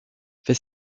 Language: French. fait